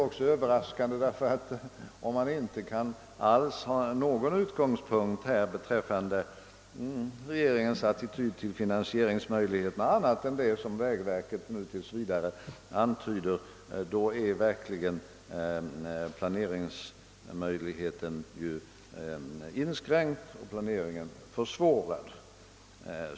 Om man inte kan ha någon utgångspunkt alls för en bedömning av regeringens attityd till finansieringen — utom vad vägverket nu tills vidare antyder — är verkligen planeringsmöjligheterna inskränkta och planeringen försvårad.